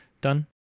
done